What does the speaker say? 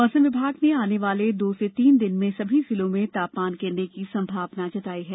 मौसम विभाग ने आने वाले दो से तीन दिन में सभी जिलों में तापमान गिरने की संभावना जताई है